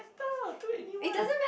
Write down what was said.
to anyone